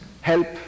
help